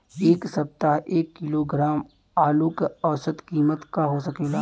एह सप्ताह एक किलोग्राम आलू क औसत कीमत का हो सकेला?